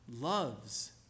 loves